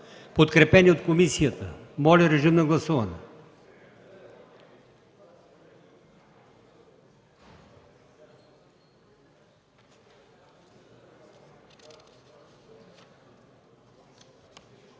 подкрепено от комисията. Моля, режим на гласуване.